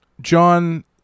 John